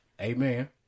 Amen